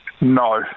No